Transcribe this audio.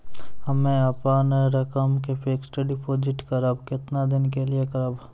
हम्मे अपन रकम के फिक्स्ड डिपोजिट करबऽ केतना दिन के लिए करबऽ?